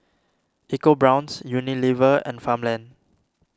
EcoBrown's Unilever and Farmland